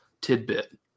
tidbit